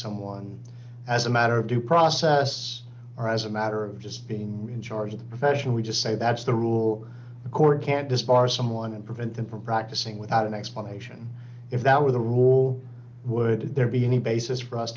someone as a matter of due process or as a matter of just being in charge of the profession we just say that's the rule the court can't disbar someone and prevent them practicing without an explanation if that were the rule would there be any basis for us